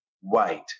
white